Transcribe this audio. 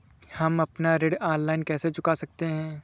हम अपना ऋण ऑनलाइन कैसे चुका सकते हैं?